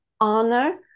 honor